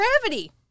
gravity